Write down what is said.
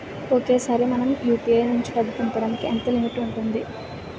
ఒకేసారి మనం యు.పి.ఐ నుంచి డబ్బు పంపడానికి ఎంత లిమిట్ ఉంటుంది?